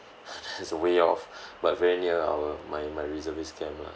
it's a way off but very near our my my reservist camp lah